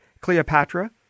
Cleopatra